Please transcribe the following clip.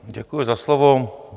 Děkuji za slovo.